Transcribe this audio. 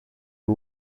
two